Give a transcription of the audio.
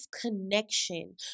connection